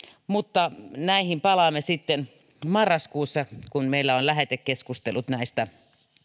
mutta näihin palaamme sitten marraskuussa kun meillä on lähetekeskustelut näistä